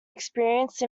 experience